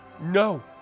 No